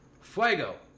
Fuego